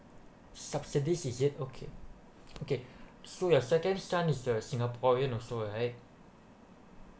subsidies is it okay okay so your second son is the singaporean also right